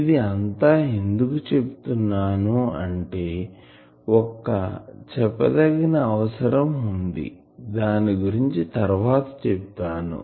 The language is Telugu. ది అంతా ఎందుకు చెప్తున్నాను అంటే ఒక చెప్పదగిన అవసరం వుంది దాని గురించి తర్వాత చెప్తాను